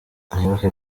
mwibuke